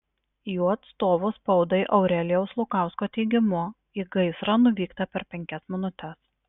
jų atstovo spaudai aurelijaus lukausko teigimu į gaisrą nuvykta per penkias minutes